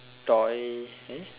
toy eh